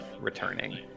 returning